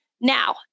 Now